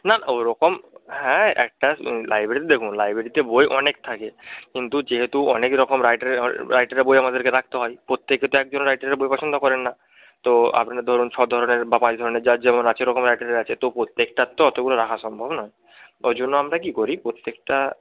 না ওরকম হ্যাঁ একটা লাইব্রেরিতে দেখুন লাইব্রেরিতে বই অনেক থাকে কিন্তু যেহেতু অনেক রকম রাইটারের রাইটারের বই আমাদেরকে রাখতে হয় প্রত্যেকে তো একজন রাইটারের বই পছন্দ করেন না তো আপনার ধরুন ছধরনের বা পাঁচ ধরনের যার যেমন আছে ওরকম রাইটারের আছে তো প্রত্যেকটার তো অতগুলো রাখা সম্ভব নয় ওই জন্য আমরা কী করি প্রত্যেকটা